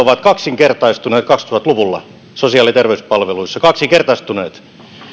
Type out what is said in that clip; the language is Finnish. ovat kaksinkertaistuneet kaksituhatta luvulla sosiaali ja terveyspalveluissa kaksinkertaistuneet